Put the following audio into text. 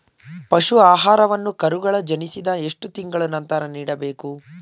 ಪಶು ಆಹಾರವನ್ನು ಕರುಗಳು ಜನಿಸಿದ ಎಷ್ಟು ತಿಂಗಳ ನಂತರ ನೀಡಬೇಕು?